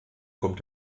kommt